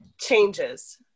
changes